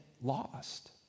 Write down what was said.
lost